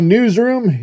Newsroom